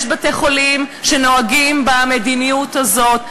יש בתי-חולים שנוהגים לפי המדיניות הזאת.